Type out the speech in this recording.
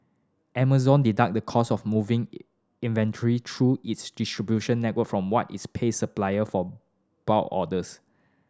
Amazon deduct the cost of moving it inventory through its distribution network from what it's pays supplier from bulk orders